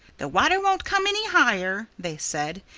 the water won't come any higher, they said.